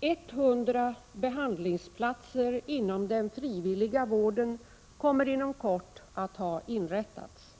100 behandlingsplatser inom den frivilliga vården kommer inom kort att ha inrättats.